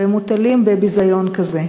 ומוטלים בביזיון כזה?